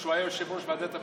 כשהוא היה יושב-ראש ועדת הפנים,